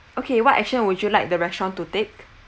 okay what action would you like the restaurant to take